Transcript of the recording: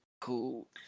Cool